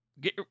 Get